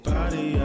Body